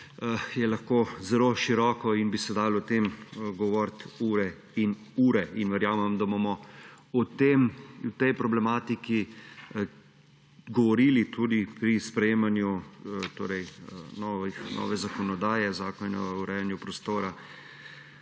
je lahko zelo široko in bi se dalo o tem govoriti ure in ure. Verjamem, da bomo o tej problematiki govorili tudi pri sprejemanju nove zakonodaje, Zakonu o urejanju prostora,